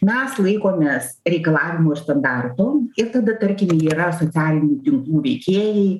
mes laikomės reikalavimų standartų ir tada tarkim yra socialinių tinklų veikėjai